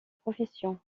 profession